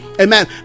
amen